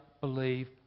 believe